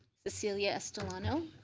cecilia estolano.